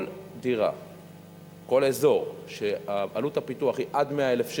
כל אזור שעלות הפיתוח היא עד 100,000 שקל,